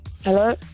Hello